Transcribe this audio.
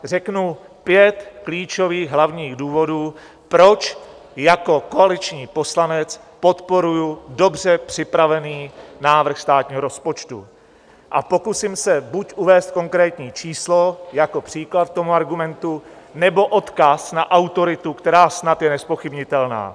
Řeknu pět klíčových hlavních důvodů, proč jako koaliční poslanec podporuji dobře připravený návrh státního rozpočtu, a pokusím se buď uvést konkrétní číslo jako příklad k tomu argumentu, nebo odkaz na autoritu, která snad je nezpochybnitelná.